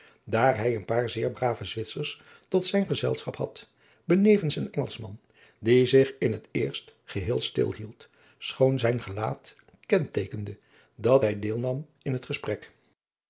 daar hij een paar zeer brave zwitsers tot zijn gezelschap had benevens een engelschman die zich in het eerst geheel stil hield schoon zijn gelaat kenteekende dat hij deel nam in het gesprek